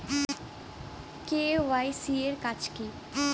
KYC এর কাজ কি?